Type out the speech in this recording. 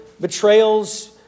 betrayals